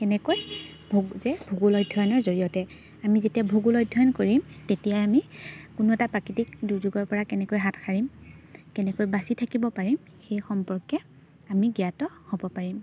কেনেকৈ যে ভূগোল অধ্যয়নৰ জৰিয়তে আমি যেতিয়া ভূগোল অধ্যয়ন কৰিম তেতিয়াই আমি কোনো এটা প্ৰাকৃতিক দুৰ্যোগৰপৰা কেনেকৈ হাত সাৰিম কেনেকৈ বাচি থাকিব পাৰিম সেই সম্পৰ্কে আমি জ্ঞাত হ'ব পাৰিম